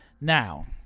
now